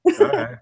Okay